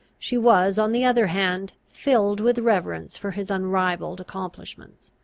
she was, on the other hand, filled with reverence for his unrivalled accomplishments.